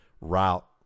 route